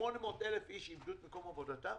800,000 איש איבדו את מקום עבודתם.